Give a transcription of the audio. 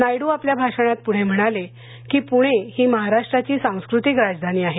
नायडू आपल्या भाषणात पुढे म्हणाले की पुणे ही महाराष्ट्राची सांस्कृतीक राजधानी आहे